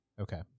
okay